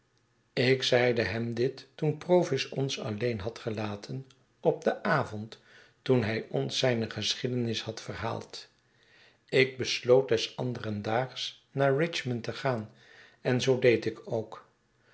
ik zeide hem dit toen provis ons alleen had gelaten op den avond toen hij ons zijne geschiedenis had verhaald ik besloot des anderen daags naar richmond te gaan en zoo deed ik ook